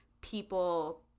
people